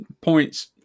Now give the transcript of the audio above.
points